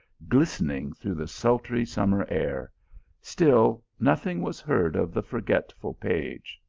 glistening through the sultry summer air still nothing was heard of the forgetful page.